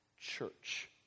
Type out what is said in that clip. church